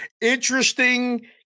interesting